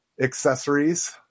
accessories